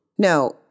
No